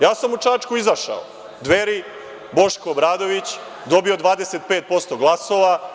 Ja sam u Čačku izašao, „Dveri – Boško Obradović“ dobio 25% glasova.